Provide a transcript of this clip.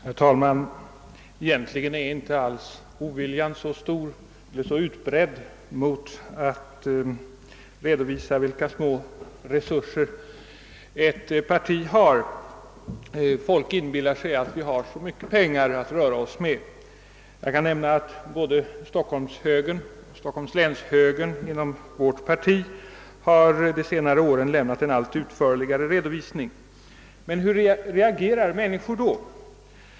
Herr talman! Egentligen finns det inte alls någon utbredd motvilja mot att redovisa vilka små resurser ett parti har. Folk inbillar sig att vi har så mycket pengar att röra oss med. Jag kan nämna att inom wvårt parti har både Stockholms-Högerns förbund och Stockholms läns högerförbund de senaste åren lämnat en allt utförligare redovisning. Men hur reagerar människor då?